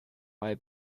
bei